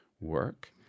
work